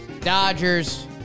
Dodgers